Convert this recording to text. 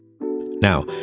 now